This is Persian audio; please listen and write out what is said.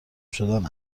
شدن